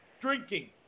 drinking